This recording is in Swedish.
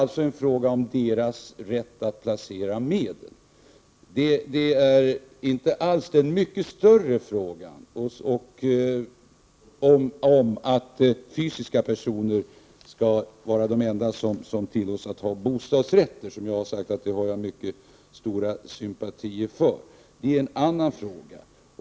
Detta ärende gäller deras rätt att placera medel, inte den mycket större frågan om att fysiska personer skall vara de enda som tillåts att inneha bostadsrätter, vilket jag hyser stora sympatier för. Det är en annan fråga.